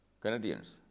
Canadians